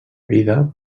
vida